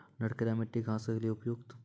नटखेरा मिट्टी घास के लिए उपयुक्त?